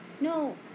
No